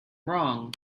wrong